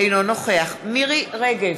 אינו נוכח מירי רגב,